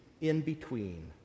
in-between